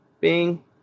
Bing